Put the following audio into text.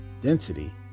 density